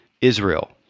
Israel